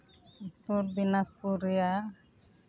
ᱩᱛᱛᱚᱨ ᱫᱤᱱᱟᱡᱽᱯᱩᱨ ᱨᱮᱭᱟᱜ